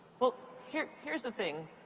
but here's here's the thing,